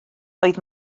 oedd